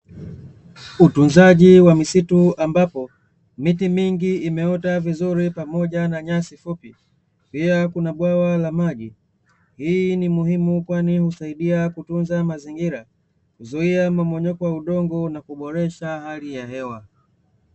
Utunzaji wa misitu ambapo miti mingi imeota vizuri pamoja na nyasi fupi, pia kuna bwawa la maji, hii ni muhimu kwani husaidia kutunza mazingira, kuzuia mmomonyoko wa udongo na kuboresha hali ya hewa.